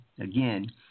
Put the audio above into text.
Again